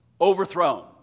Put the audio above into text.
overthrown